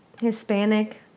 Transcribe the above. Hispanic